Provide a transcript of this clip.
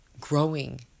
Growing